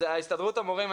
הסתדרות המורים,